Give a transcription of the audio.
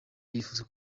yifuza